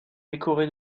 décoré